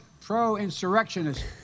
pro-insurrectionist